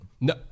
No